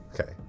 Okay